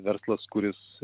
verslas kuris